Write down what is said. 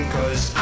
Cause